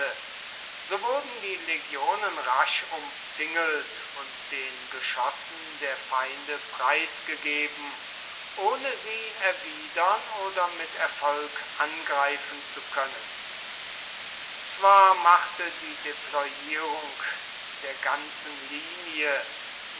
so wurden die legionen rasch umzingelt und den geschossen der feinde preisgegeben ohne sie erwidern oder mit erfolg angreifen zu können zwar machte die deployierung der ganzen linie